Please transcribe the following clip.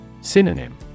Synonym